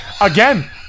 again